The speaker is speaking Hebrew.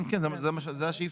כן, כן, זו השאיפה.